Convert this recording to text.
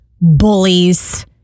bullies